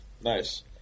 Nice